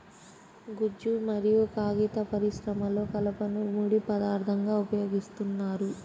గుజ్జు మరియు కాగిత పరిశ్రమలో కలపను ముడి పదార్థంగా ఉపయోగిస్తున్నారు